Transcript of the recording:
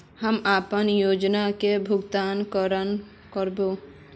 हम अपना योजना के भुगतान केना करबे?